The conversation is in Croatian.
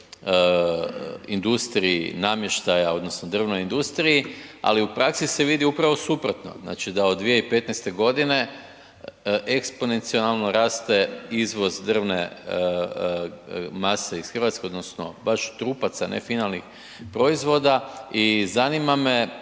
industriji namještaja odnosno drvnoj industriji, ali u praksi se vidi upravo suprotno. Znači da od 2015. godine eksponencijalno raste izvoz drvne mase iz Hrvatske odnosno baš trupaca ne finalnih proizvoda i zanima me